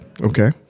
okay